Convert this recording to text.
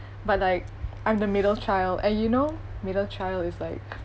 but like I'm the middle child and you know middle child is like